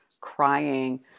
crying